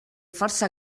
força